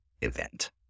event